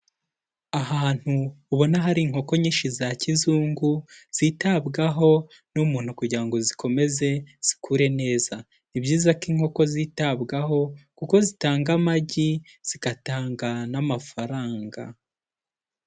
Ahantu ubona hari inkoko nyinshi za kizungu, zitabwaho n'umuntu kugira ngo zikomeze zikure neza, ni byiza ko inkoko zitabwaho kuko zitanga amagi zigatanga n'amafaranga.